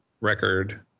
record